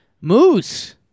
Moose